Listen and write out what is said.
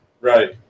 right